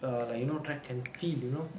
err like you know track and field you know